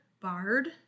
barred